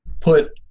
put